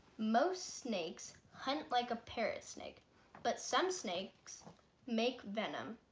most snakes hunt like a parrot snake but some snakes make venom